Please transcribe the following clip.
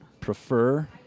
prefer